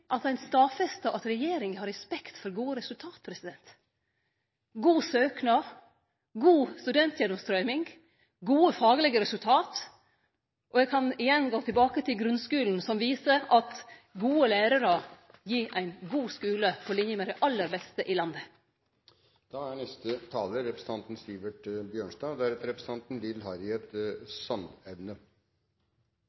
at ein stadfestar at regjeringa har respekt for gode resultat, god søknad, god studentgjennomstrøyming, gode faglege resultat, og eg kan igjen gå tilbake til grunnskulen, som viser at gode lærarar gir ein god skule – på linje med dei aller beste i landet. Noe av det som alltid har forundret meg mest med norsk politisk debatt, er